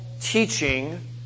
teaching